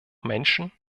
menschen